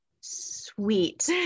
sweet